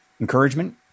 encouragement